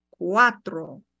cuatro